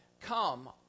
come